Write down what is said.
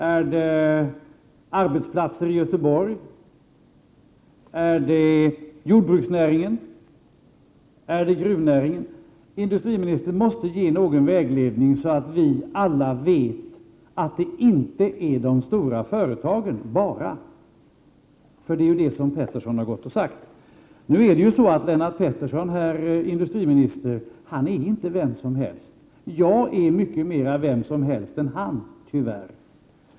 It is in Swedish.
Är det arbetsplatser i Göteborg? Är det jordbruksnäringen? Är det gruvnäringen? Industriministern måste ge någon vägledning, så att vi alla vet att det inte bara gäller de stora företagen, något som Lennart Pettersson har sagt. Nu är det ju så, herr industriminister, att Lennart Pettersson inte är vem som helst. Jag är mycket mera ”vem som helst” än han, tyvärr.